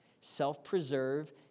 self-preserve